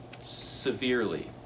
severely